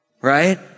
right